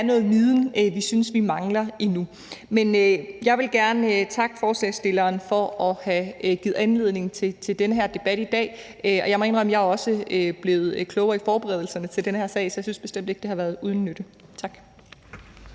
noget viden, vi synes vi mangler endnu. Men jeg vil gerne takke forslagsstilleren for at have givet anledning til den her debat i dag. Og jeg må indrømme, at jeg også er blevet klogere under forberedelsen til den her sag, så jeg synes bestemt ikke, at det har været uden nytte. Tak.